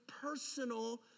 personal